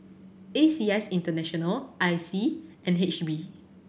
A C S International I C and N H B